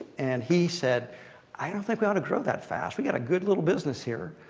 and he said i don't think we ought to grow that fast. we got a good little business here.